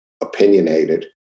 opinionated